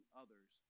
others